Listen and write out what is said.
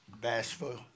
bashful